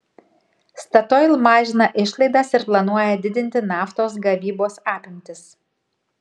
statoil mažina išlaidas ir planuoja didinti naftos gavybos apimtis